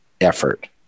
effort